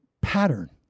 pattern